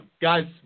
Guys